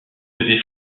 devait